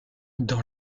dans